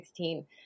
2016